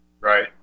Right